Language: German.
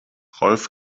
rolf